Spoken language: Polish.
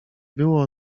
było